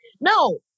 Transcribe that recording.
No